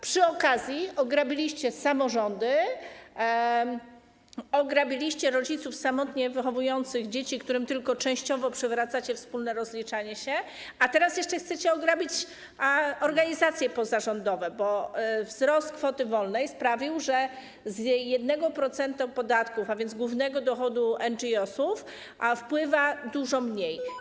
Przy okazji ograbiliście samorządy, ograbiliście rodziców samotnie wychowujących dzieci, którym tylko częściowo przywracacie wspólne rozliczanie się, a teraz jeszcze chcecie ograbić organizacje pozarządowe, bo wzrost kwoty wolnej sprawił, że z 1% podatku, a więc głównego dochodu NGOs, wpływa dużo mniej.